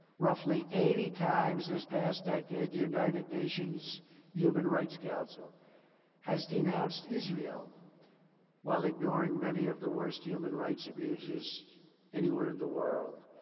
roughly eighty times, this past decade, the united nations human rights council has denounced israel while ignoring many of the worst human rights abuses anywhere in the world.